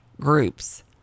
groups